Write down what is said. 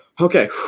Okay